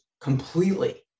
completely